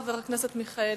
חבר הכנסת מיכאלי,